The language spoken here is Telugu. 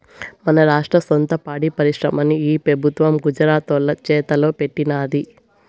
మన రాష్ట్ర సొంత పాడి పరిశ్రమని ఈ పెబుత్వం గుజరాతోల్ల చేతల్లో పెట్టినాది